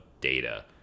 data